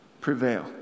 prevail